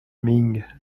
ming